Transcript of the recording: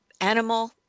animal